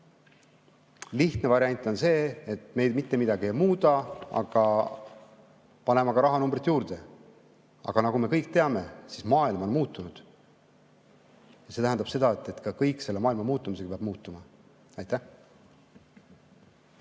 Lihtne variant on see, et me mitte midagi ei muuda, paneme aga rahanumbrit juurde. Aga nagu me kõik teame, maailm on muutunud. Ja see tähendab seda, et kõik peab selle maailma muutumisega muutuma. Aitäh!